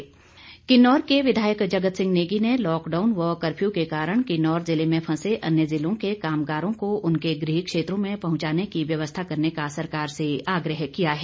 जगत सिंह नेगी किन्नौर के विधायक जगत सिंह नेगी ने लॉकडाउन व कफ्यू के कारण किन्नौर जिले में फंसे अन्य ज़िलों के कामगारों को उनके गृह क्षेत्रों में पहुंचाने की व्यवस्था करने का सरकार से आग्रह किया है